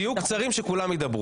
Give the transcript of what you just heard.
תדברו בקצרה, כדי שכולם ידברו.